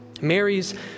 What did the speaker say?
Mary's